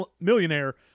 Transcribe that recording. millionaire